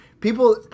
people